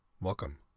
Welcome